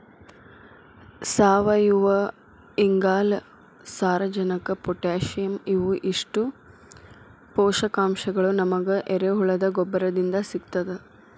ಸಾವಯುವಇಂಗಾಲ, ಸಾರಜನಕ ಪೊಟ್ಯಾಸಿಯಂ ಇವು ಇಷ್ಟು ಪೋಷಕಾಂಶಗಳು ನಮಗ ಎರೆಹುಳದ ಗೊಬ್ಬರದಿಂದ ಸಿಗ್ತದ